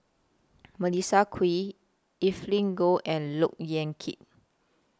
Melissa Kwee Evelyn Goh and Look Yan Kit